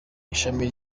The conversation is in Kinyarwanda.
ishami